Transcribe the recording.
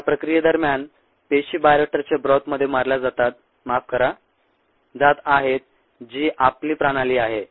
त्या प्रक्रियेदरम्यान पेशी बायोरिएक्टरच्या ब्रॉथ मध्ये मारल्या जात आहेत जी आपली प्रणाली आहे